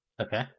okay